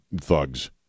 thugs